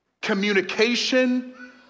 communication